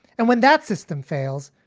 and when that system fails,